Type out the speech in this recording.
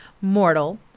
mortal